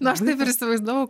aš taip ir įsivaizdavau